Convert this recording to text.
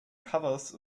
covers